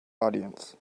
audience